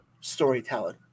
Storytelling